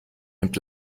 nimmt